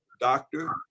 doctor